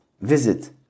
Visit